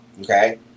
Okay